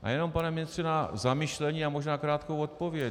Já jenom, pane ministře, na zamyšlení a možná krátkou odpověď.